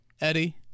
Eddie